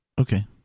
Okay